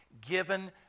given